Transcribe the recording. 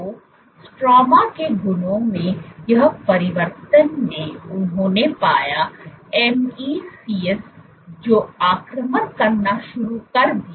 तो स्ट्रोमा के गुणों में यह परिवर्तन में उन्होंने पाया MEC's जो आक्रमण करना शुरू कर दिया